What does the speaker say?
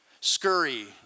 Scurry